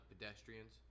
pedestrians